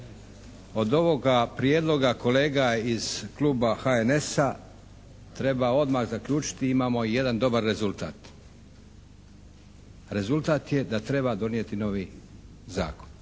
Od ovoga prijedloga kolega iz kluba HNS-a treba odmah zaključiti i imamo jedan dobar rezultat. Rezultat je da treba donijeti novi zakon.